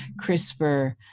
CRISPR